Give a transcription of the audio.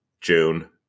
June